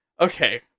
Okay